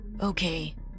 Okay